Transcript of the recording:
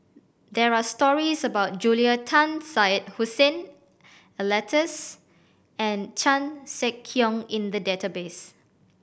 there are stories about Julia Tan Syed Hussein Alatas and Chan Sek Keong in the database